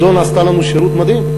מדונה עשתה לנו שירות מדהים.